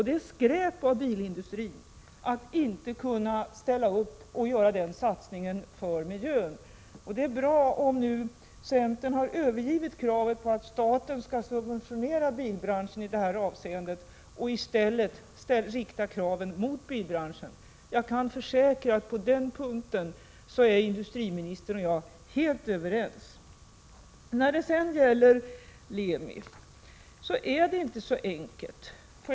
Det är skräp att bilindustrin inte kan ställa upp och göra denna satsning för miljön: Det är bra om centern nu har övergivit kravet på att staten skall subventionera bilbranschen i detta avseende och i stället riktar krav mot branschen. Jag kan försäkra att industriministern och jag är helt överens på den punkten. När det sedan gäller LEMI är det inte så enkelt.